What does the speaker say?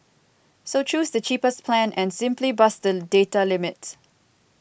so choose the cheapest plan and simply bust the data limit